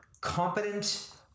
competent